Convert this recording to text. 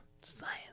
Science